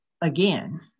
again